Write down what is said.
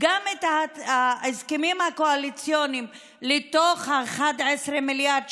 גם את ההסכמים הקואליציוניים לתוך ה-11 מיליארד,